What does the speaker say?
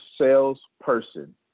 salesperson